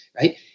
right